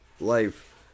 life